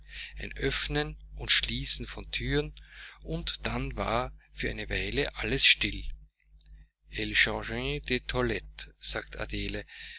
öffnen und schließen von thüren und dann war für eine weile alles still elles changent de toilettes sagte adele